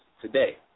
today